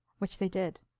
which they did.